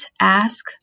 ask